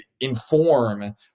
inform